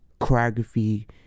choreography